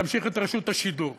להמשיך את רשות השידור.